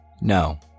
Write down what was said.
No